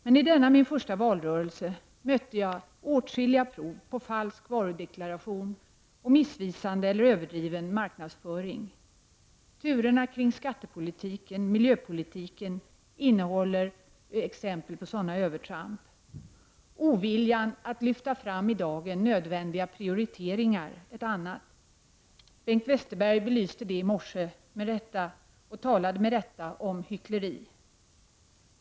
Men i denna min första valrörelse mötte jag åtskilliga prov på falsk varudeklaration och missvisande eller överdriven marknadsföring. Turerna kring skattepolitiken och miljöpolitiken innehåller exempel på sådana övertramp, oviljan att lyfta fram i dagen nödvändiga prioriteringar ett annat. Bengt Westerberg belyste det i morse och talade med rätta om hyckleri.